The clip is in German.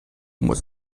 muss